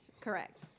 Correct